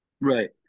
Right